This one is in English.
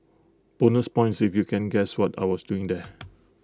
bonus points if you can guess what I was doing there